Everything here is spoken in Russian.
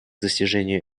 достижению